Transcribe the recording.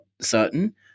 certain